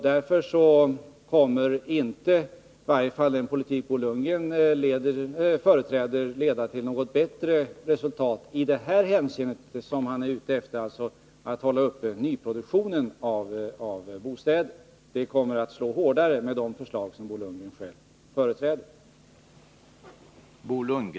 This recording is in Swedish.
Därför kommer i varje fall inte den politik som Bo Lundgren företräder att leda till något bättre resultat när det gäller det som han är ute efter, dvs. att hålla uppe nyproduktionen av bostäder. Det kommer att slå hårdare med det förslag som Bo Lundgren själv företräder.